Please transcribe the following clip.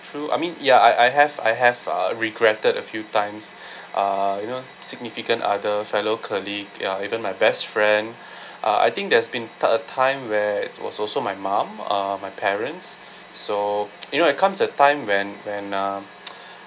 true I mean ya I I have I have uh regretted a few times uh you know significant other fellow colleague ya even my best friend uh I think there's been to a time where it was also my mom uh my parents so you know it comes at time when when uh